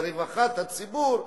לרווחת הציבור,